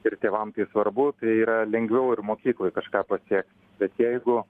ir tėvam tai svarbu tai yra lengviau ir mokykloj kažką pasiekt bet jeigu